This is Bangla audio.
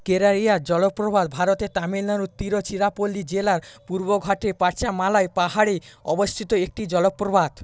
কেরাইয়া জলপ্রপাত ভারতের তামিলনাড়ুর তিরুচিরাপল্লী জেলার পূর্বঘাটে পাচামালাই পাহাড়ে অবস্থিত একটি জলপ্রপাত